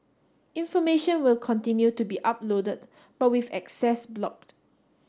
information will continue to be uploaded but with access blocked